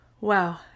Wow